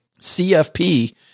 CFP